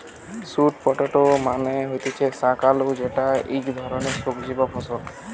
sweet potato মানে হতিছে শাক আলু যেটা ইক ধরণের সবজি বা ফল